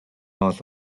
хоол